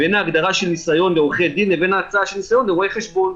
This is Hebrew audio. בין ההגדרה של ניסיון לעורכי דין לבין ההצעה של ניסיון לרואה חשבון.